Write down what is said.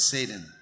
Satan